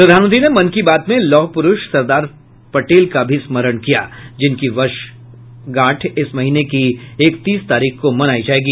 प्रधानमंत्री ने मन की बात में लौह पुरूष सरदार पटेल का भी स्मरण किया जिनकी वर्षगांठ इस महीने की इकतीस तारीख को मनाई जायेगी